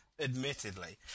admittedly